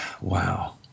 Wow